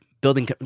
building